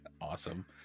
awesome